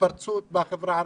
ההתפרצות בחברה הערבית.